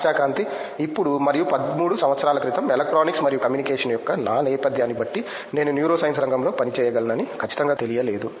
ఆశా క్రాంతి ఇప్పుడు మరియు 13 సంవత్సరాల క్రితం ఎలక్ట్రానిక్స్ మరియు కమ్యూనికేషన్ యొక్క నా నేపథ్యాన్ని బట్టి నేను న్యూరోసైన్స్ రంగంలో పని చేయగలనని ఖచ్చితంగా తెలియలేదు